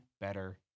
better